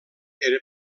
era